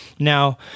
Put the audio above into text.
Now